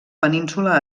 península